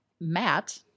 Matt